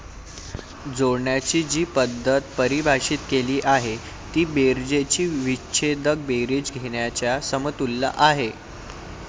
जोडण्याची जी पद्धत परिभाषित केली आहे ती बेरजेची विच्छेदक बेरीज घेण्याच्या समतुल्य आहे